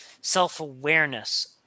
self-awareness